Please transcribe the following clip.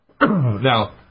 Now